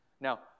Now